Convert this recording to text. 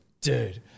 Dude